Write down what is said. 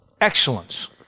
excellence